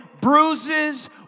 bruises